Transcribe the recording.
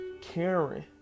caring